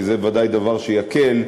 כי זה בוודאי דבר שיקל,